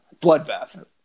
bloodbath